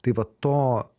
tai vat to